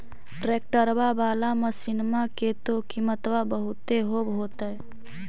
ट्रैक्टरबा बाला मसिन्मा के तो किमत्बा बहुते होब होतै?